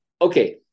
Okay